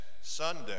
Sunday